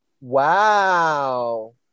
Wow